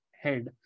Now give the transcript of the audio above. head